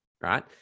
right